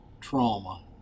trauma